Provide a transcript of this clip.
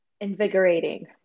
Invigorating